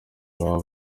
baba